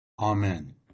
Amen